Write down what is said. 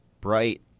bright